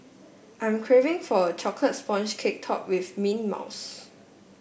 I am craving for a chocolate sponge cake topped with mint mousse